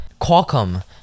Qualcomm